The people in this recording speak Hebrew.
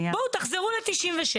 בואו תחזרו ל-1996,